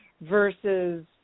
versus